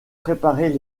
préparer